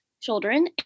children